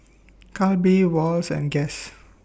Calbee Wall's and Guess